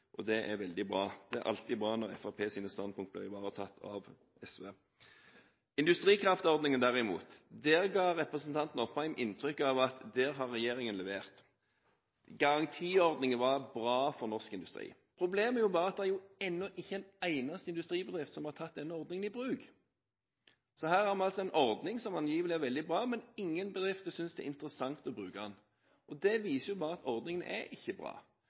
og det er veldig bra – det er alltid bra når Fremskrittspartiets standpunkter blir ivaretatt av SV. Når det derimot gjelder industrikraftordningen, ga representanten Opheim inntrykk av at der har regjeringen levert. Garantiordningen var bra for norsk industri. Problemet er jo bare at det ennå ikke er en eneste industribedrift som har tatt denne ordningen i bruk. Så her har vi altså en ordning som angivelig er veldig bra, men ingen bedrifter synes det er interessant å bruke den. Det viser bare at ordningen ikke er bra.